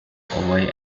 away